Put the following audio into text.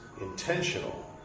intentional